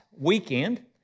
weekend